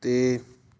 ਅਤੇ